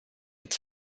its